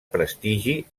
prestigi